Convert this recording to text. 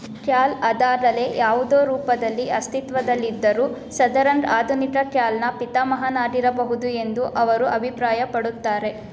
ಖ್ಯಾಲ್ ಅದಾಗಲೇ ಯಾವುದೋ ರೂಪದಲ್ಲಿ ಅಸ್ತಿತ್ವದಲ್ಲಿದ್ದರೂ ಸದರಂಗ್ ಆಧುನಿಕ ಖ್ಯಾಲ್ನ ಪಿತಾಮಹನಾಗಿರಬಹುದು ಎಂದು ಅವರು ಅಭಿಪ್ರಾಯ ಪಡುತ್ತಾರೆ